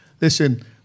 listen